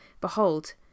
Behold